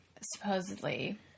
supposedly